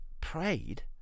prayed